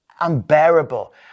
unbearable